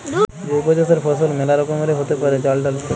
জৈব চাসের ফসল মেলা রকমেরই হ্যতে পারে, চাল, ডাল ইত্যাদি